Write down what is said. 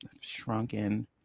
shrunken